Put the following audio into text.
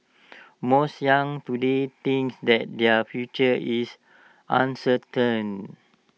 most young today thinks that their future is uncertain